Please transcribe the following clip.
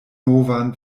novan